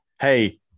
Hey